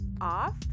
off